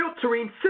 filtering